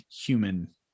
human